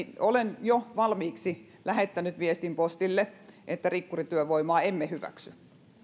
olen jo valmiiksi lähettänyt viestin postille että rikkurityövoimaa emme hyväksy